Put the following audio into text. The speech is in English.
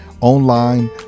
online